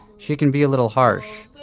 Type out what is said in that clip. she can be a little harsh.